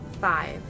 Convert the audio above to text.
Five